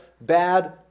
bad